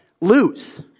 lose